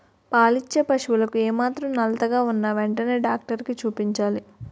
పాలిచ్చే పశువులకు ఏమాత్రం నలతగా ఉన్నా ఎంటనే డాక్టరికి చూపించుకోవాలి